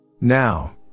Now